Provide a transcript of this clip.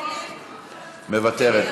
מוותרת.